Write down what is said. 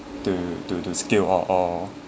to do the skill or or